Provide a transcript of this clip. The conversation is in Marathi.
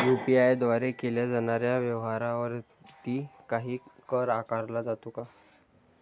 यु.पी.आय द्वारे केल्या जाणाऱ्या व्यवहारावरती काही कर आकारला जातो का?